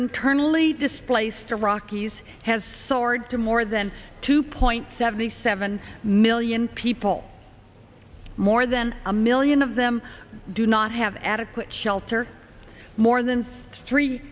internally displaced iraqis has soared to more than two point seven seven million people more than a million of them do not have adequate shelter more than three